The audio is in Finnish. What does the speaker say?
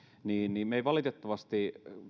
me emme valitettavasti